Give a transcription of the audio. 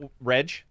reg